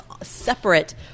separate